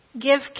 Give